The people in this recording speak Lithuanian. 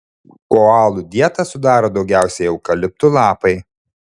koalų dietą sudaro daugiausiai eukaliptų lapai